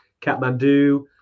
Kathmandu